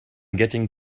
getting